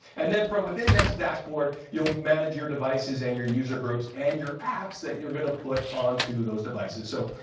and then, from within this dashboard, you'll manage your devices and your user groups and your apps that you're going to put on to those devices. so,